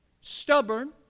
stubborn